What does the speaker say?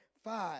Five